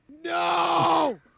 No